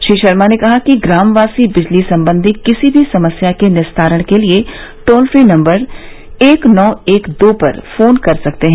श्री शर्मा ने कहा कि ग्रामवासी बिजली सम्बंधी किसी भी समस्या के निस्तारण के लिए टोल फी नंबर एक नौ एक दो पर फोन कर सकते हैं